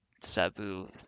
Sabu